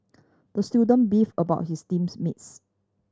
the student beefed about his teams mates